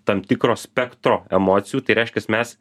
tam tikro spektro emocijų tai reiškias mes